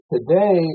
Today